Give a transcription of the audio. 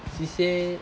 C_C_A